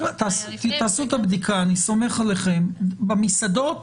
תעשו את הבדיקה אני סומך עליכם, במסעדות